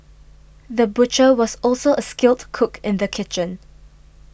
the butcher was also a skilled cook in the kitchen